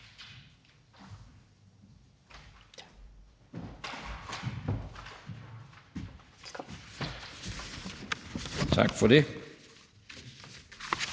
Tak for det.